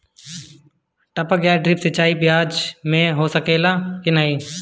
टपक या ड्रिप सिंचाई प्याज में हो सकेला की नाही?